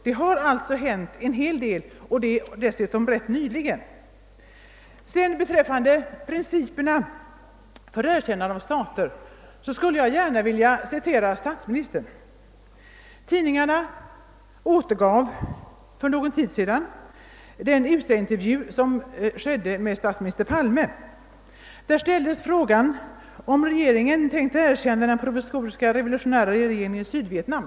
Det har faktiskt hänt en hel del, dessutom ganska nyligen. Beträffande principerna för erkännande av stater vill jag citera statsministern. Tidningarna återgav för någon tid sedan den intervju som gjordes med statsminister Palme för USA. Där ställdes frågan om regeringen tänkte erkänna den provisoriska revolutionära regeringen i Sydvietnam.